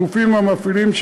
הגופים המפעילים,